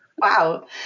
Wow